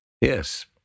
yes